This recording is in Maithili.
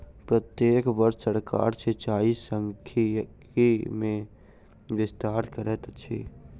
प्रत्येक वर्ष सरकार सिचाई सांख्यिकी मे विस्तार करैत अछि